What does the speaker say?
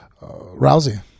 Rousey